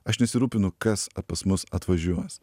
aš nesirūpinu kas pas mus atvažiuos